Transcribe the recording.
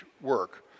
work